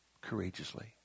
courageously